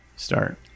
start